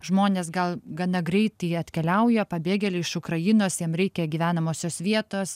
žmonės gal gana greit jie atkeliauja pabėgėliai iš ukrainos jiem reikia gyvenamosios vietos